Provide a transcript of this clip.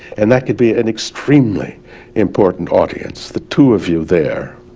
and that could be an extremely important audience, the two of you there,